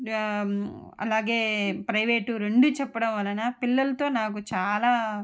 అలాగే ప్రైవేటు రెండు చెప్పడం వలన పిల్లలతో నాకు చాలా